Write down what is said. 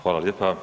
Hvala lijepa.